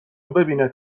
ببیند